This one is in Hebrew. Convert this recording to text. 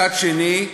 מצד שני,